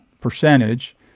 percentage